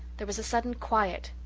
there was a sudden quiet.